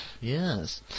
Yes